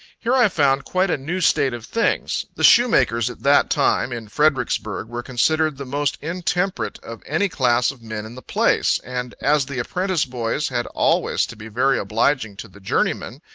here i found quite a new state of things. the shoemakers, at that time, in fredericksburg, were considered the most intemperate of any class of men in the place and as the apprentice-boys had always to be very obliging to the journeymen,